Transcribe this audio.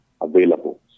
available